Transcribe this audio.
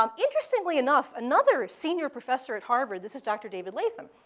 um interestingly enough, another senior professor at harvard this is dr. david latham.